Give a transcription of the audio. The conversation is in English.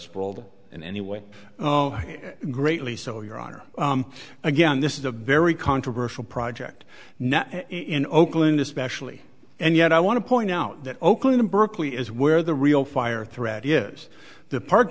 sprawled in any way greatly so your honor again this is a very controversial project now in oakland especially and yet i want to point out that oakland berkeley is where the real fire threat is the park